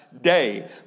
day